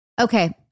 Okay